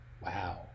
Wow